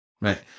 Right